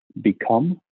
become